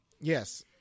Yes